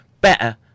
better